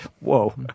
Whoa